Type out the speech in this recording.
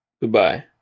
Goodbye